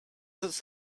its